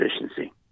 efficiency